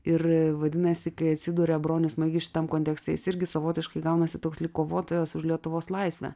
ir vadinasi kai atsiduria bronius maigys šitam kontekste jis irgi savotiškai gaunasi toks lyg kovotojas už lietuvos laisvę